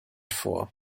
vor